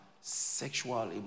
sexual